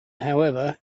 however